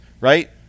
right